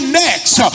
next